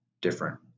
different